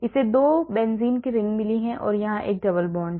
इसे 2 बेंजीन की ring मिली है और यहां एक डबल बॉन्ड है